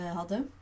hadden